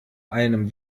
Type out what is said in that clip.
einem